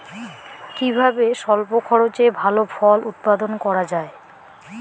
কিভাবে স্বল্প খরচে ভালো ফল উৎপাদন করা যায়?